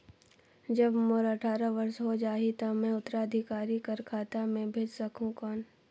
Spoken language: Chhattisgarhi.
जब मोर अट्ठारह वर्ष हो जाहि ता मैं उत्तराधिकारी कर खाता मे भेज सकहुं कौन?